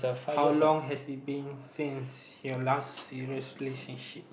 how long has it been since your last serious relationship